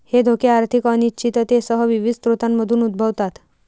हे धोके आर्थिक अनिश्चिततेसह विविध स्रोतांमधून उद्भवतात